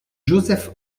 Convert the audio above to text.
joseph